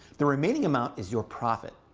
the remaining amount is your profit.